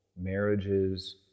marriages